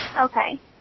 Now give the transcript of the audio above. Okay